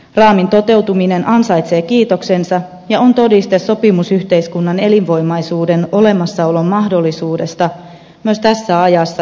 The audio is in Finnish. raamin toteutuminen ansaitsee kiitoksensa ja on todiste sopimusyhteiskunnan elinvoimaisuuden olemassaolon mahdollisuudesta myös tässä ajassa ja tulevassa